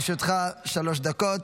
לרשותך, שלוש דקות.